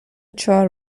چعر